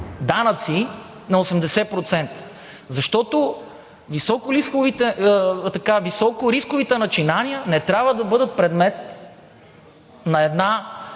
данъци на 80%. Защото високорисковите начинания не трябва да бъдат предмет на една